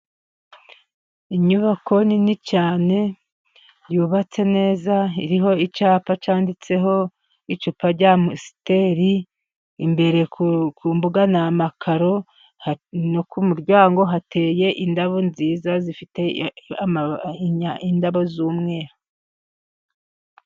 Inyubako nini cyane, yubatse neza iriho icyapa cyanditseho icupa rya mositeri, imbere ku mbuga namakaro, ku muryango hateye indabo nziza, zifite indabo z'umweru.